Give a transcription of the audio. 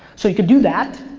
so you could do that.